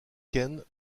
kent